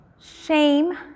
Shame